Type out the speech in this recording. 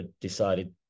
decided